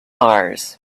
mars